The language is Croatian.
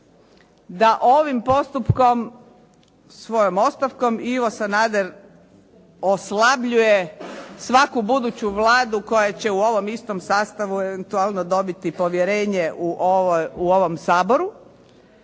da ovim postupkom svojom ostavkom Ivo Sanader oslabljuje svaku buduću Vladu koja će u ovom istom sastavu eventualno dobiti povjerenje u ovom Saboru,